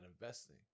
investing